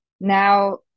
now